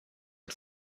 and